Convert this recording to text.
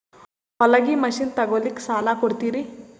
ಹೊಲಗಿ ಮಷಿನ್ ತೊಗೊಲಿಕ್ಕ ಸಾಲಾ ಕೊಡ್ತಿರಿ?